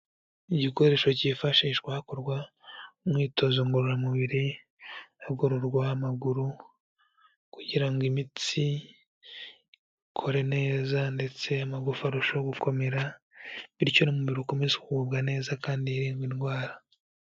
igikoresho cyifashishwa hakorwa umwitozo ngororamubiri, hagororwa amaguru kugira ngo imitsi ikore neza ndetse amagufa arusheho gukomera, bityo n'umubiri ukomeze kugubwa neza kandi hirindwa indwara.